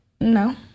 No